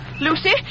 Lucy